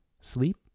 sleep